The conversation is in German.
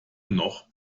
noch